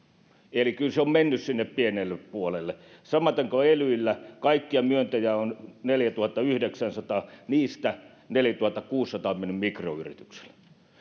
se on mennyt sinne pienelle puolelle samaten kuin elyillä kaikkia myöntöjä on neljätuhattayhdeksänsataa ja niistä neljätuhattakuusisataa on mennyt mikroyrityksille